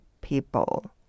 people